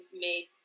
made